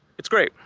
it's great.